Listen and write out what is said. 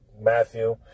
Matthew